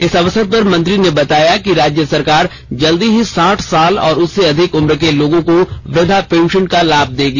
इस अवसर पर मंत्री ने बताया कि राज्य सरकार जल्द ही साठ साल और उससे अधिक उम्र के लोगों को वृद्धा पेंशन का लाभ देगी